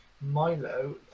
Milo